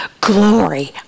glory